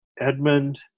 Edmund